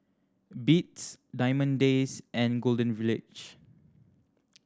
Beats Diamond Days and Golden Village